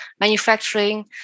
manufacturing